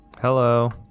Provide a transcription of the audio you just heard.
Hello